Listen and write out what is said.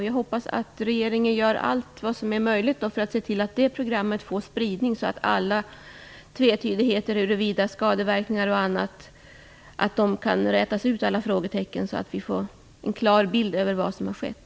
Jag hoppas att regeringen gör allt som är möjligt för att se till att det programmet får spridning så att alla frågetecken om skadeverkningar och annat kan rätas ut och att vi får en klar bild av vad som har skett.